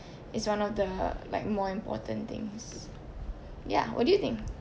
is one of the like more important things yeah what do you think